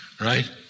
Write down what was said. Right